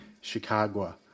Chicago